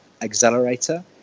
accelerator